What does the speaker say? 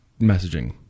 messaging